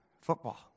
Football